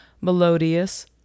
melodious